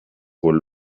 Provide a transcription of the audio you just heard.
con